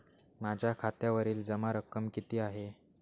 माझ्या खात्यावरील जमा रक्कम किती आहे?